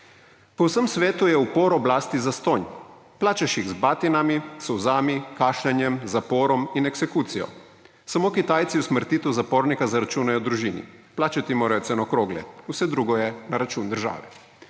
Po vsem svetu je upor oblasti zastonj. Plačaš jih z batinami, solzami, kašljanjem, zaporom in eksekucijo. Samo Kitajci usmrtitev zapornika zaračunajo družini. Plačati mora ceno krogle. Vse drugo je na račun države.«